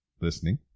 Listening